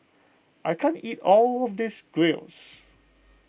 I can't eat all of this Gyros